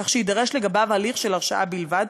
כך שיידרש לגביו הליך של הרשאה בלבד,